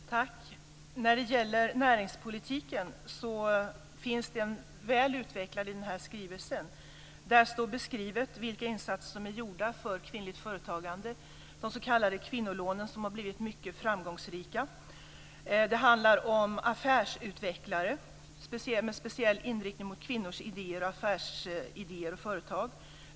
Fru talman! När det gäller näringspolitiken finns det väl utvecklat i skrivelsen. Där står beskrivet vilka insatser som är gjorda för kvinnligt företagande. De s.k. kvinnolånen har blivit mycket framgångsrika. I dag finns det ca 100 affärsutvecklare runtom i landet med speciell inriktning på kvinnors idéer och företag.